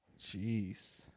Jeez